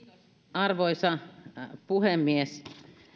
arvoisa puhemies